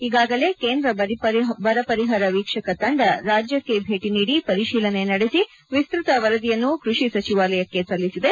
ಈಗಾಗಲೇ ಕೇಂದ್ರ ಬರಪರಿಹಾರ ವೀಕ್ಷಕ ತಂಡ ರಾಜ್ಯಕ್ಷೆ ಭೇಟಿ ನೀಡಿ ಪರಿಶೀಲನೆ ನಡೆಸಿ ವಿಸೃತ ವರದಿಯನ್ನು ಕೃಷಿ ಸಚಿವಾಲಯಕ್ಕೆ ಸಲ್ಲಿಸಿದೆ